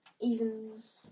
Evens